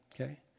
okay